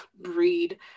breed